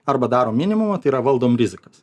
arba darom minimumą tai yra valdom rizikas